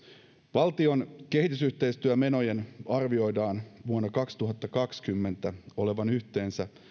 valtion kehitysyhteistyömenojen arvioidaan vuonna kaksituhattakaksikymmentä olevan yhteensä